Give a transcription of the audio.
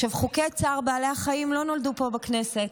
חוקי צער בעלי חיים לא נולדו פה בכנסת,